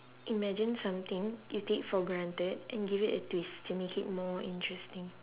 imagine something you take for granted and give it a twist to make it more interesting